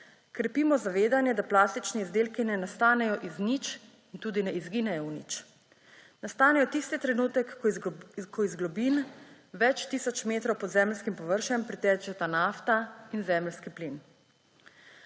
Krepimo zavedanje, da plastični izdelki ne nastanejo iz nič in tudi ne izginejo v nič. Nastanejo tisti trenutek, ko iz globin več tisoč metrov pod zemeljskim površjem pritečeta nafta in zemeljski plin.